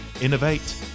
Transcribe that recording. innovate